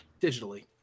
Digitally